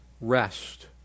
rest